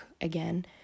again